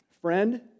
Friend